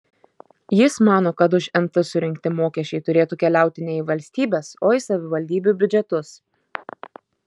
jis mano kad už nt surinkti mokesčiai turėtų keliauti ne į valstybės o į savivaldybių biudžetus